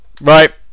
right